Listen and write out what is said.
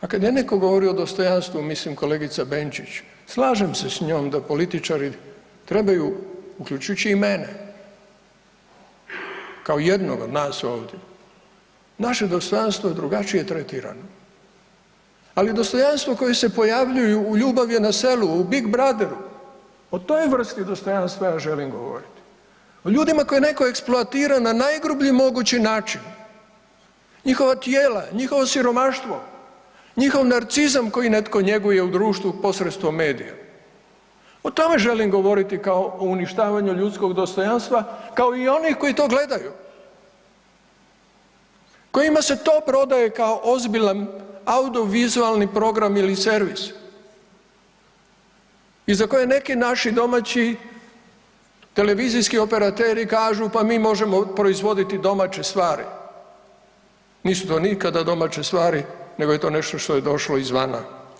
A kada je neko govorio o dostojanstvu, mislim kolegica Benčić, slažem se s njom da političari trebaju uključujući i mene kao jednoga od nas ovdje, naše dostojanstvo je drugačije tretirano, ali dostojanstvo koje se pojavljuje u „Ljubav je na selu“ u „Big Brother“ o toj vrsti dostojanstva ja želim govoriti, o ljudima koje netko eksploatira na najgrublji mogući način, njihova tijela, njihovo siromaštvo, njihov narcizam koji netko njeguje u društvu posredstvom medija, o tome želim govoriti kao o uništavanju ljudskog dostojanstva kao i onih koji to gledaju, kojima se to prodaje kao ozbiljan audiovizualni program ili servis i za koje neki naši domaći televizijski operateri kažu, pa mi možemo proizvoditi domaće stvari, nisu to nikada domaće stvari nego je to nešto što je došlo izvana.